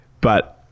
But-